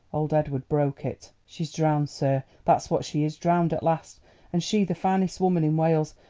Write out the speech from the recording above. old edward broke it. she's drowned, sir that's what she is drowned at last and she the finest woman in wales.